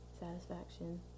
satisfaction